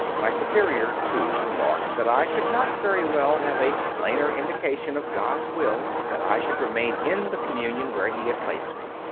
my superior, too, remarked that i could not very well have a plainer indication of god s will that i should remain in the communion where he had placed me.